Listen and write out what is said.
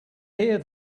here